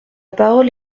parole